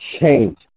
change